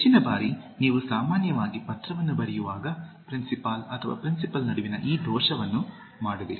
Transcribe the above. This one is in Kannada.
ಹೆಚ್ಚಿನ ಬಾರಿ ನೀವು ಸಾಮಾನ್ಯವಾಗಿ ಪತ್ರವನ್ನು ಬರೆಯುವಾಗ ಪ್ರಿನ್ಸಿಪಾಲ್ ಮತ್ತು ಪ್ರಿನ್ಸಿಪಲ್ ನಡುವಿನ ಈ ದೋಷವನ್ನು ಮಾಡುವಿರಿ